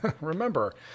remember